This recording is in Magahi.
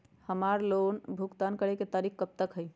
हमार लोन भुगतान करे के तारीख कब तक के हई?